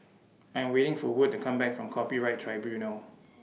I'm waiting For Wood to Come Back from Copyright Tribunal